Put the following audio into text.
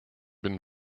been